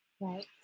Right